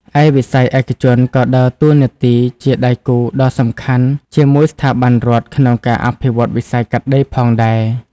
ឯវិស័យឯកជនក៏ដើរតួនាទីជាដៃគូដ៏សំខាន់ជាមួយស្ថាប័នរដ្ឋក្នុងការអភិវឌ្ឍវិស័យកាត់ដេរផងដែរ។